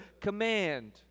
command